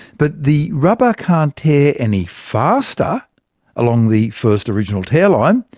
but the rubber can't tear any faster along the first original tear line.